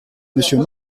monsieur